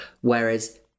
Whereas